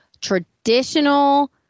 traditional